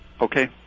Okay